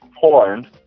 porn